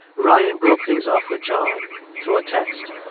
ryan broke things off with john through a text.